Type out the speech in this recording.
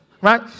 right